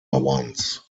ones